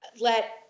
let